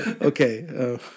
Okay